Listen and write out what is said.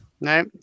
No